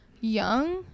young